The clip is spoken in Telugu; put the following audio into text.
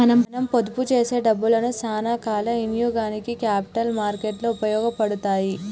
మనం పొదుపు చేసే డబ్బులను సానా కాల ఇనియోగానికి క్యాపిటల్ మార్కెట్ లు ఉపయోగపడతాయి